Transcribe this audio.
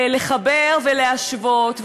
לחבר ולהשוות.